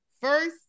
First